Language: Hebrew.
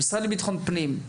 המשרד לביטחון הפנים,